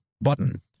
button